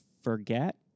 forget